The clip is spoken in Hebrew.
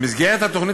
במסגרת התוכנית,